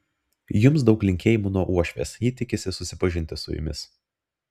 jums daug linkėjimų nuo uošvės ji tikisi susipažinti su jumis